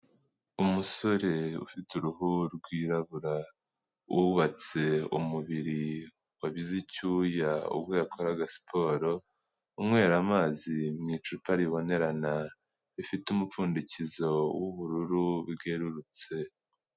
Umusore ufite uruhu rwirabura wubatse umubiri wabize icyuya ubwo yakoraga siporo, unywera amazi mu icupa ribonerana rifite umupfundikizo w'ubururu bwerurutse.